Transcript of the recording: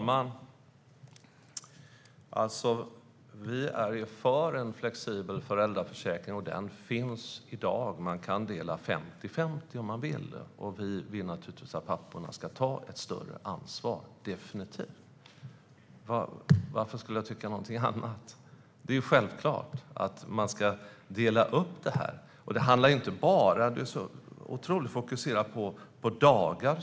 Fru talman! Vi är för en flexibel föräldraförsäkring, och den finns i dag. Man kan dela 50-50 om man vill. Vi vill naturligtvis att papporna ska ta ett större ansvar, definitivt. Varför skulle jag tycka något annat? Det är ju självklart att man ska dela upp detta. Annika Hirvonen Falk är otroligt fokuserad på antalet dagar.